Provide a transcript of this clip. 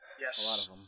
Yes